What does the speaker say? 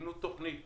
ויבנו תכנית